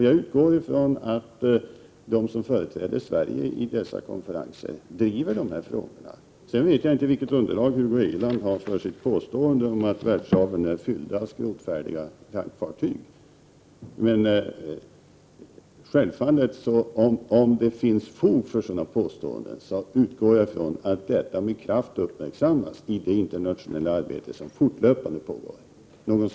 Jag utgår från att de som företräder Sverige i denna kommitté driver denna fråga. Jag vet inte vilket underlag Hugo Hegeland har för sitt påstående om att världshaven är fyllda av skrotfärdiga tankfartyg. Om det finns fog för ett sådant påstående, utgår jag självfallet ifrån att det med kraft uppmärksammas i det internationella arbete som fortlöpande pågår.